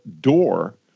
door